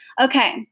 Okay